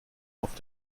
auf